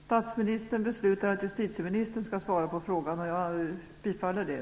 Statsministern beslutar att justitieministern skall svara på frågan, och jag bifaller det.